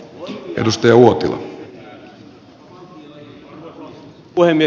arvoisa puhemies